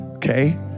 Okay